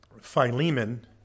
Philemon